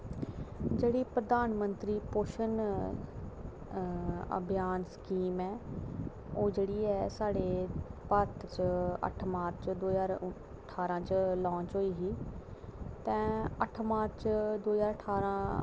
जेह्ड़ी प्रधानमंत्री पोषण अभियान स्कीम ऐ ओह् जेह्ड़ी ऐ साढ़े भारत च अट्ठ मार्च दौ ज्हार ठारां च लांच होई ही ते अट्ठ मार्च दौ ज्हार ठारां